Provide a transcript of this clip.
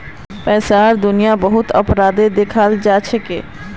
पैसार दुनियात बहुत अपराधो दखाल जाछेक